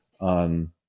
on